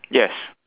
yes